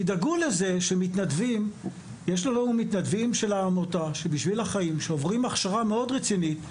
יש לנו מתנדבים של העמותה "בשביל החיים" שעוברים הכשרה מאוד רצינית,